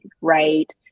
Right